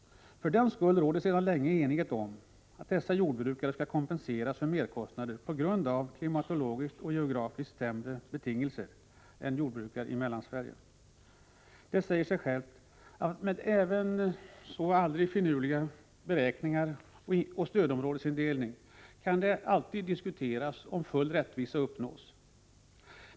För den skull råder sedan länge enighet om att dessa jordbrukare skall kompenseras för merkostnader på grund av klimatologiskt och geografiskt sämre betingelser än jordbrukare i Mellansverige har. Det säger sig självt att även med aldrig så finurliga beräkningar och stödområdesindelning kan det alltid diskuteras om full rättvisa uppnås.